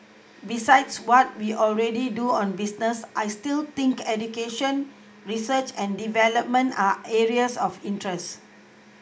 besides what we already do on business I still think education research and development are areas of interest